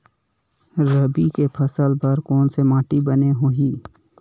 रबी के फसल बर कोन से माटी बने होही?